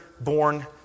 born